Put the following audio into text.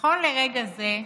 נכון לרגע זה,